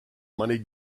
money